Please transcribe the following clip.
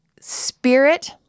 spirit